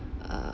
err